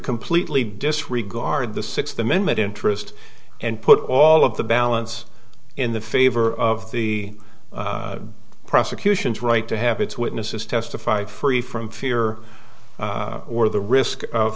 completely disregard the sixth amendment interest and put all of the balance in the favor of the prosecution's right to have its witnesses testify free from fear or the risk of